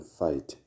fight